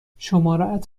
شمارهات